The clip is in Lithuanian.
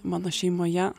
mano šeimoje